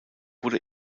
wurde